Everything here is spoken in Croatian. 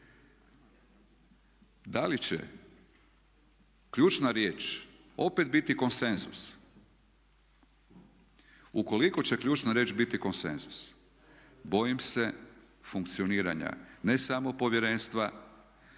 Da li će ključna riječ opet biti konsenzus? Ukoliko će ključna riječ biti konsenzus bojim se funkcioniranja ne samo povjerenstva